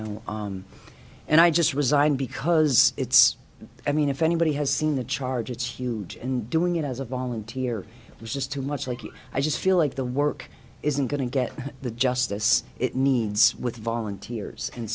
know and i just resign because it's i mean if anybody has seen the charge it's huge and doing it as a volunteer was just too much like i just feel like the work isn't going to get the justice it needs with volunteers and